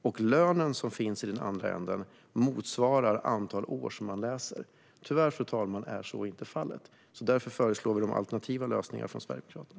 Tyvärr motsvarar inte lönen det antal år som man läser. Därför föreslår vi från Sverigedemokraterna de alternativa lösningarna.